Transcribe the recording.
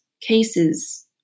cases